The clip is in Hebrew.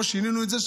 פה שינינו את זה,